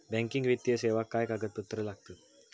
Banking वित्तीय सेवाक काय कागदपत्र लागतत?